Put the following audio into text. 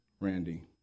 Randy